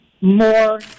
more